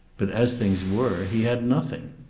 but as things were he had nothing.